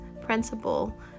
principle